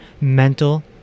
mental